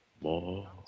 More